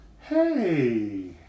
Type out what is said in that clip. Hey